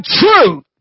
truth